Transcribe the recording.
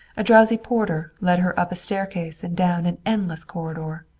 a drowsy porter led her up a staircase and down an endless corridor.